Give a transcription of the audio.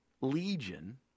legion